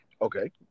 Okay